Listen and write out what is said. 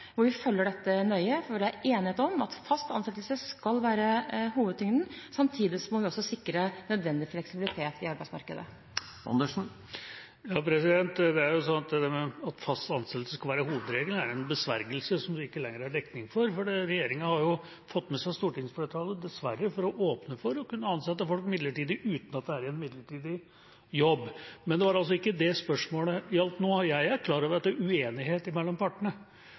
enighet om at fast ansettelse skal være hovedtyngden. Samtidig må vi også sikre nødvendig fleksibilitet i arbeidsmarkedet. Det er sånn at fast ansettelse skal være hovedregelen. Det er en besvergelse som det ikke lenger er dekning for, for regjeringa har dessverre fått med seg stortingsflertallet for å åpne for å kunne ansette folk midlertidig uten at det er i en midlertidig jobb – men det var ikke det spørsmålet gjaldt nå. Jeg er klar over at det er uenighet mellom partene